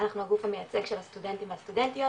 אנחנו גוף שהמייצג של הסטודנטים והסטודנטיות